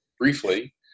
briefly